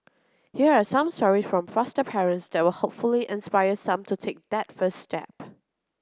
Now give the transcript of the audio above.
here are some stories from foster parents that will hopefully inspire some to take that first step